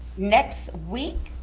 next week,